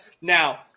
Now